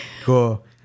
Cool